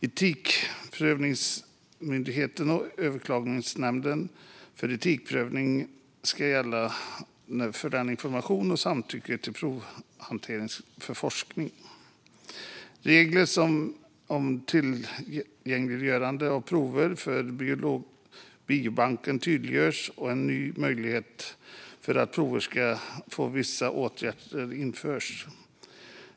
Etikprövningsmyndighetens och Överklagandenämnden för etikprövnings prövning ska gälla för information och samtycke till provhantering för forskning. Reglerna om tillgängliggörande av prover utanför biobanken tydliggörs, och en ny möjlighet att skicka prover för viss åtgärd införs.